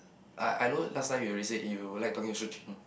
I I know last time you already said you like talking to Su-Jin